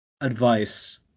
advice